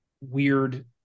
weird